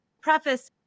preface